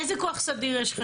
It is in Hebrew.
איזה כוח סדיר יש לכם?